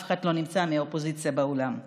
אף אחד מהאופוזיציה לא נמצא באולם.